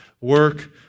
work